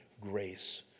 grace